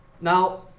Now